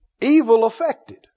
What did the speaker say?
evil-affected